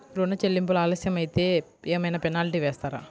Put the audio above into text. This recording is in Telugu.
ఋణ చెల్లింపులు ఆలస్యం అయితే ఏమైన పెనాల్టీ వేస్తారా?